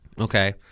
Okay